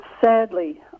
sadly